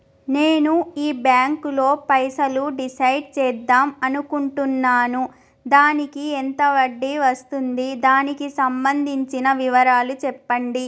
నేను ఈ బ్యాంకులో పైసలు డిసైడ్ చేద్దాం అనుకుంటున్నాను దానికి ఎంత వడ్డీ వస్తుంది దానికి సంబంధించిన వివరాలు చెప్పండి?